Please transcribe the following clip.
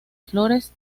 flores